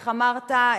איך אמרת,